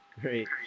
Great